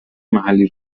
محلی